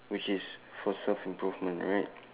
which is for self improvement right